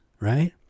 Right